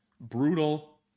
brutal